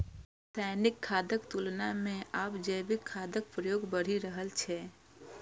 रासायनिक खादक तुलना मे आब जैविक खादक प्रयोग बढ़ि रहल छै